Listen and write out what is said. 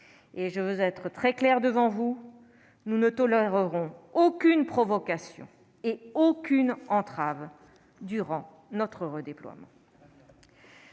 et je veux être très clair devant vous : nous ne tolérerons aucune provocation et aucune entrave durant notre redéploiement.